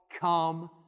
come